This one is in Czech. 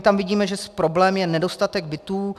Tam vidíme, že problém je nedostatek bytů.